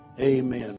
Amen